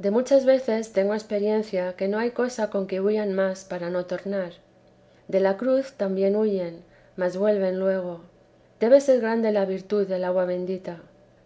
de muchas veces tengo experiencia que no hay cosa con que huyan más para no tornar de la cruz también huyen mas vuelven luego debe ser grande la virtud del agua bendita